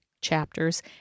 chapters